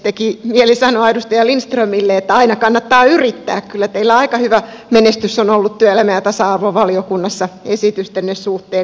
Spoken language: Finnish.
teki mieli sanoa edustaja lindströmille että aina kannattaa yrittää kyllä teillä aika hyvä menestys on ollut työelämä ja tasa arvovaliokunnassa esitystenne suhteen